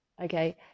Okay